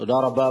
תודה רבה.